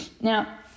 now